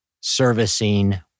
servicing